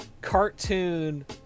cartoon